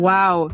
Wow